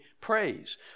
praise